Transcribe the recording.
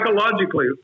psychologically